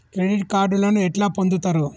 Credit కార్డులను ఎట్లా పొందుతరు?